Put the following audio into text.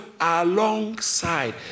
alongside